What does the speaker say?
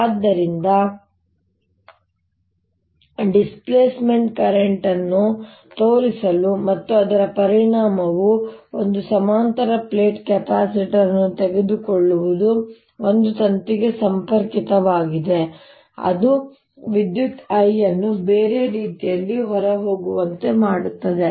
ಆದ್ದರಿಂದ displacement current ಅನ್ನು ತೋರಿಸಲು ಮತ್ತು ಅದರ ಪರಿಣಾಮವು ಒಂದು ಸಮಾನಾಂತರ ಪ್ಲೇಟ್ ಕೆಪಾಸಿಟರ್ ಅನ್ನು ತೆಗೆದುಕೊಳ್ಳುವುದು ಒಂದು ತಂತಿಗೆ ಸಂಪರ್ಕಿತವಾಗಿದೆ ಅದು ವಿದ್ಯುತ್ I ಅನ್ನು ಬೇರೆ ರೀತಿಯಲ್ಲಿ ಹೊರಹೋಗುವಂತೆ ಮಾಡುತ್ತದೆ